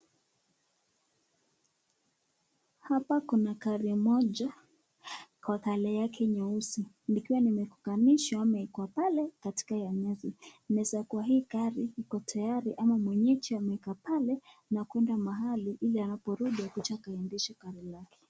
Hapa kuna gari moja kwa color yake nyeusi likiwa limesimamishwa limeekwa pale katikati ya nyasi. Inaeza kuwa hiyo gari iko tayari ama mwenyeji ameeka pale na kuenda mahali ili anaporudi akuje arudishe gari yake.